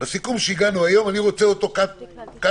הסיכום שהגענו אליו היום אני רוצה אותו cut clear,